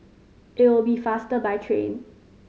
it'll be faster by train